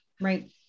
Right